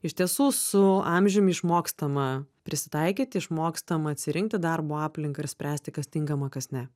iš tiesų su amžiumi išmokstama prisitaikyti išmokstama atsirinkti darbo aplinką ir spręsti kas tinkama kas ne